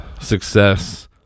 success